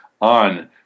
on